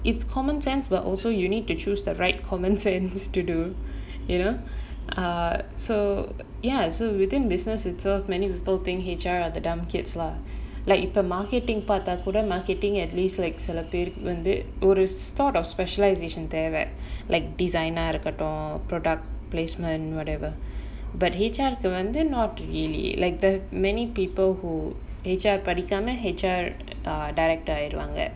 it's common sense but also you need to choose the right common sense to do you know err so ya so within business itself many people think H_R are the dump kids lah like இப்போ:ippo marketing பார்த்த கூட:paartha kuda marketing at least like சில பேரு வந்து ஒரு: sila peru vanthu oru sort of specialisation தேவ:thaeva like designer eh இருக்கட்டும்:irukatum product placement whatever but H_R வந்து:vanthu not really like the many people who H_R படிக்காம:padikaama H_R director ஆயிடுவாங்க:aayiduvaanga